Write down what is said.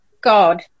God